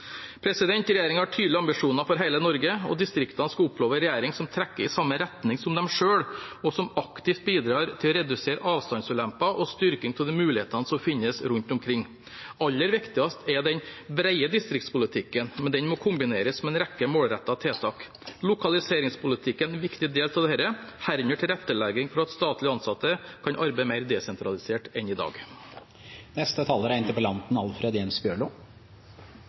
har tydelige ambisjoner for hele Norge, og distriktene skal oppleve en regjering som trekker i samme retning som dem selv, og som aktivt bidrar til å redusere avstandsulemper og styrking av de mulighetene som finnes rundt omkring. Aller viktigst er den brede distriktspolitikken, men den må kombineres med en rekke målrettede tiltak. Lokaliseringspolitikken er en viktig del av dette, herunder tilrettelegging for at statlig ansatte kan arbeide mer desentralisert enn i dag.